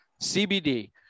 CBD